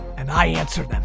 and i answer them.